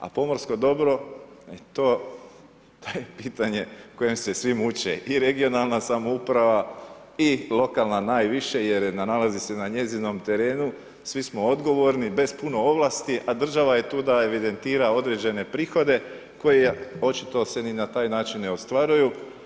A pomorsko dobro to je pitanje kojem svi muče i regionalna samouprava i lokalna najviše jer nalazi se na njezinom terenu, svi smo odgovorni bez puno ovlasti, a država je tu da evidentira određene prihode koje očito se ni na taj način ne ostvaruju.